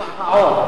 זה בגלל צבע העור.